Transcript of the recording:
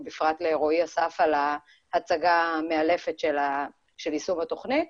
ובפרט לרועי אסף על ההצגה המאלפת של יישום התוכנית.